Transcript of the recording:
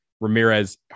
Ramirez